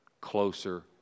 Closer